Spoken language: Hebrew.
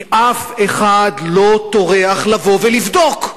כי אף אחד לא טורח לבוא ולבדוק,